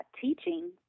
teaching